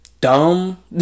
dumb